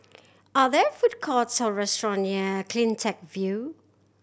are there food courts or restaurant near Cleantech View